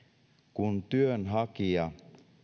kun työnhakija